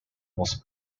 was